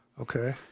Okay